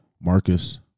Marcus